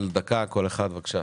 כל אחד דקה.